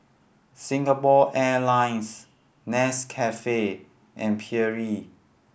Singapore Airlines Nescafe and Perrier